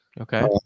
Okay